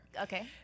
okay